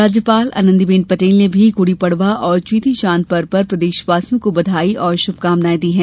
राज्यपाल आनंदीबेन पटेल ने भी गुड़ी पड़वा और चेटीचांद पर्व पर प्रदेशवासियों को बधाई और शुभकामनाएँ दी हैं